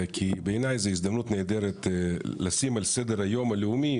כי בעיניי זה הזדמנות נהדרת לשים על סדר היום הלאומי,